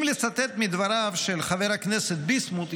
אם לצטט מדבריו של חבר הכנסת ביסמוט,